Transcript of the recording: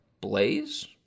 blaze